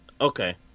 Okay